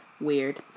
Weird